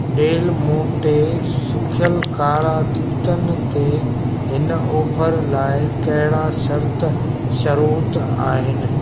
Del Monte सुखियलु कारा तूतनि ते हिन ऑफर लाइ कहिड़ा शर्त शरोत आहिनि